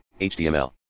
HTML